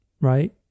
right